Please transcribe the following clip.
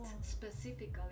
specifically